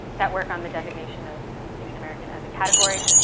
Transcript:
that work on the designation of asian american as a category.